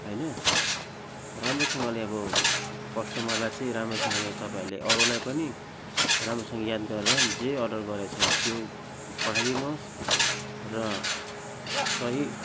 होइन राम्रोसँगले अब कस्टमरलाई चाहिँ राम्रोसँगले तपाईँहरूले अरूलाई पनि राम्रोसँग याद गरेर जे अर्डर गरेको छ त्यो पठाइदिनुहोस् र सही